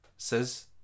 says